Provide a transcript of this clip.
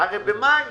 הרי במאי